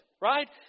right